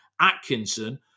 Atkinson